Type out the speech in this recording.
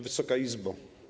Wysoka Izbo!